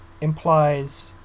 implies